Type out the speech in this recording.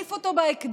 להחליף אותו בהקדם,